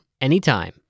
anytime